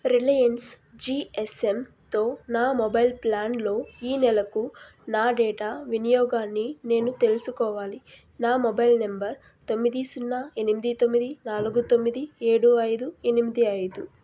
Reliance జీఎస్ఎమ్తో నా mobile ప్లాన్లో ఈ నెలకు నా డేటా వినియోగాన్ని నేను తెలుసుకోవాలి నా మొబైల్ నెంబర్ తొమ్మిది సున్నా ఎనిమిది తొమ్మిది నాలుగు తొమ్మిది ఏడు ఐదు ఎనిమిది ఐదు